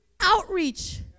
Outreach